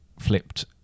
flipped